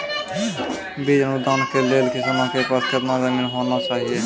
बीज अनुदान के लेल किसानों के पास केतना जमीन होना चहियों?